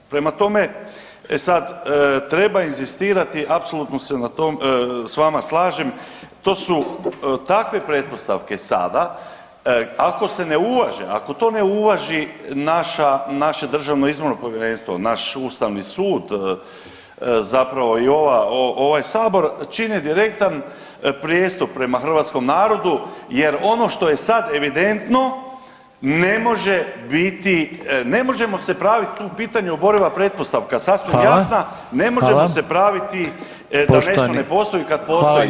Prema tome, e sad treba inzistirati apsolutno se sa vama slažem to su takve pretpostavke sada ako se ne uvaže, ako to ne uvaži naše Državno izborno povjerenstvo, naš Ustavni sud zapravo i ovaj Sabor čini direktan prijestup prema hrvatskom narodu, jer ono što je sad evidentno ne može biti, ne možemo se praviti tu je u pitanju oboriva pretpostavka sasvim jasna [[Upadica Reiner: Hvala.]] Ne možemo se praviti da nešto ne postoji kad postoji.